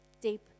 deep